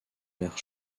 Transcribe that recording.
vers